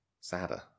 sadder